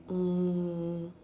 um